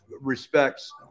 respects